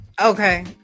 Okay